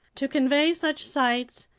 to convey such sights,